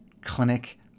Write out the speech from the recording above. clinic